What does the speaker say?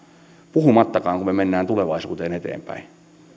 puhumattakaan kun me menemme tulevaisuuteen eteenpäin